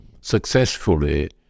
successfully